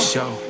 Show